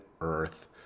Earth